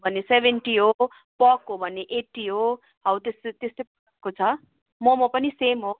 भने सेभेन्टी हो पोर्क हो भने एटी हो हौ त्यस्तै त्यस्तै छ मोमो पनि सेम हो